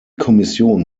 kommission